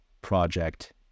project